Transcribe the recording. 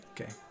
okay